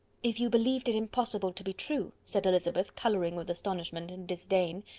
if you believed it impossible to be true, said elizabeth, colouring with astonishment and disdain,